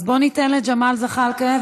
אז בואו ניתן לג'מאל זחאלקה,